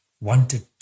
Wanted